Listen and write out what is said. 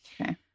Okay